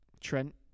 Trent